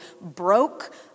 Broke